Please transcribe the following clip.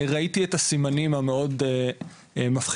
ראיתי את הסימנים המאוד מפחידים,